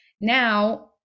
now